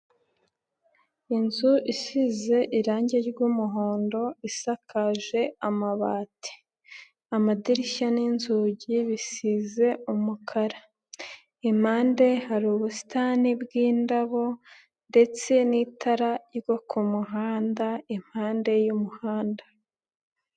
Inzu isize irangi ry'umuhondo isakaje amabati, amadirishya n'inzugi bisize umukara, impande hari ubusitani bw'indabo ndetse n'itara ryo ku muhanda impande y'umuhanda.